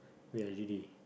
wait ah you ready